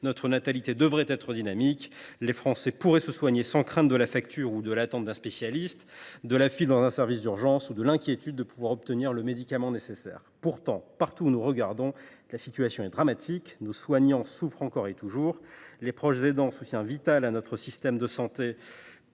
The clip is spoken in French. notre natalité être dynamique ; les Français devraient pouvoir se soigner sans crainte de la facture, de l’attente d’un spécialiste ou de la file dans un service d’urgence, et sans s’inquiéter d’obtenir le médicament nécessaire. Pourtant, partout où nous portons nos regards, la situation est dramatique. Nos soignants souffrent encore et toujours. Les proches aidants, soutien vital à notre système de santé,